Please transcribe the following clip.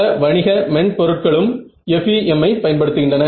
பல வணிக மென்பொருட்களும் FEM ஐ பயன்படுத்துகின்றன